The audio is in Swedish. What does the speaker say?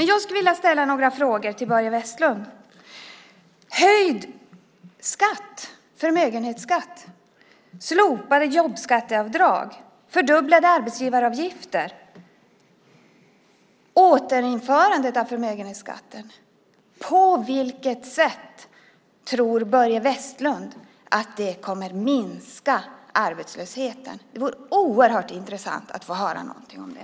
Jag skulle vilja ställa några frågor till Börje Vestlund. På vilket sätt tror Börje Vestlund att höjd förmögenhetsskatt, slopade jobbskatteavdrag, fördubblade arbetsgivaravgifter, återinförande av förmögenhetsskatten kommer att minska arbetslösheten? Det vore oerhört intressant att få höra någonting om det.